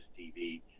TV